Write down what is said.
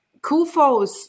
KUFOs